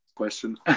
question